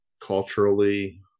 culturally